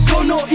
Sono